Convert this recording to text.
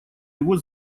его